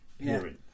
hearing